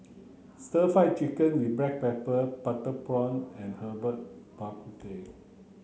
stir fried chicken with black pepper butter prawns and herbal Bak Ku Teh